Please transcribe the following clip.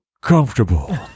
comfortable